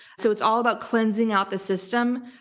so it's all about cleansing out the system,